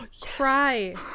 cry